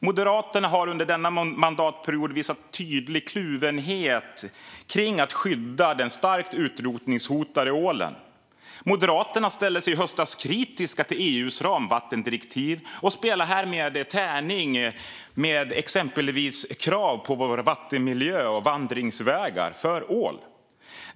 Moderaterna har under denna mandatperiod visat en tydlig kluvenhet när det gäller att skydda den starkt utrotningshotade ålen. Moderaterna ställde sig i höstas kritiska till EU:s ramvattendirektiv och spelar härmed tärning med exempelvis krav på vår vattenmiljö och vandringsvägar för ål.